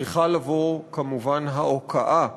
צריכה לבוא, כמובן, ההוקעה,